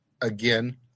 Again